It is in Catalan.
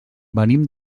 venim